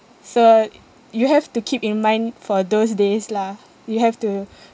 so you have to keep in mind for those days lah you have to